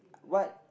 what